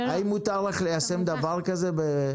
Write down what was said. האם מותר לך ליישם דבר כזה?